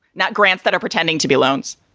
not grants that are pretending to be loans.